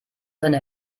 seine